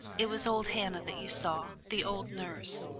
it was old hannah that you saw, the old nurse.